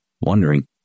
wondering